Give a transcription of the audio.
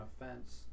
offense